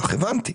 כך הבנתי,